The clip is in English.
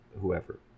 whoever